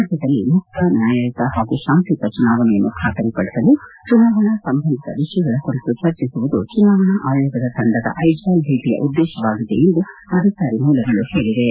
ರಾಜ್ಙದಲ್ಲಿ ಮುಕ್ತ ನ್ಯಾಯುತ ಪಾಗೂ ಶಾಂತಿಯುತ ಚುನಾವಣೆಯನ್ನು ಖಾತರಿಪಡಿಸಲು ಚುನಾವಣಾ ಸಂಬಂಧಿತ ವಿಷಯಗಳ ಕುರಿತು ಚರ್ಚಿಸುವುದು ಚುನಾವಣಾ ಆಯೋಗದ ತಂಡದ ಐಜ್ವಾಲ್ ಭೇಟಿಯ ಉದ್ದೇಶವಾಗಿದೆ ಎಂದು ಅಧಿಕಾರಿ ಮೂಲಗಳು ಹೇಳಿವೆ